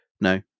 no